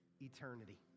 eternity